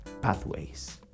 pathways